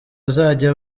azajya